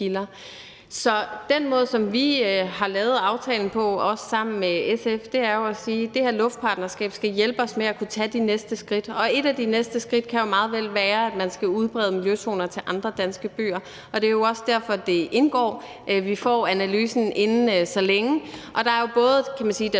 Så den måde, som vi har lavet aftalen på, også sammen med SF, er jo at sige, at det her luftpartnerskab skal hjælpe os med at kunne tage de næste skridt, og et af de næste skridt kan meget vel være, at man skal udbrede miljøzoner til andre danske byer, og det er jo også derfor, det indgår. Vi får analysen inden længe, og den omhandler både den